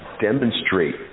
demonstrate